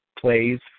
plays